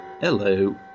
Hello